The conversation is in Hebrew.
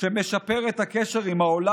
שמשפר את הקשר עם העולם.